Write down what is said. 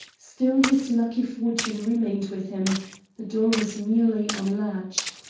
still his lucky fortune remained with him the door was merely on a latch.